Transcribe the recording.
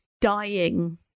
dying